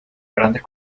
grandes